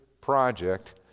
project